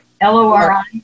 L-O-R-I